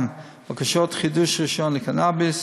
גם בקשות חידוש רישיון לקנאביס,